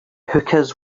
hookahs